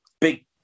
big